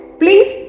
please